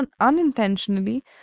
unintentionally